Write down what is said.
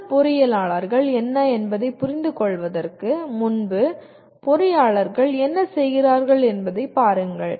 நல்ல பொறியியலாளர்கள் என்ன என்பதைப் புரிந்துகொள்வதற்கு முன்பு பொறியாளர்கள் என்ன செய்கிறார்கள் என்பதைப் பாருங்கள்